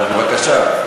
אז בבקשה.